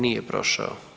Nije prošao.